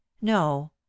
no